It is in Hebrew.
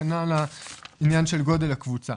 כנ"ל העניין של גודל הקבוצה.